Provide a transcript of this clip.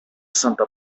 santa